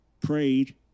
prayed